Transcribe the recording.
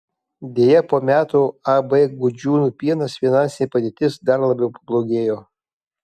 deja po metų ab gudžiūnų pienas finansinė padėtis dar labiau pablogėjo